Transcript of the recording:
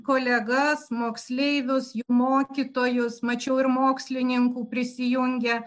kolegas moksleivius jų mokytojus mačiau ir mokslininkų prisijungę